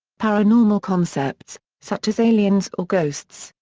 paranormal concepts such as aliens or ghosts,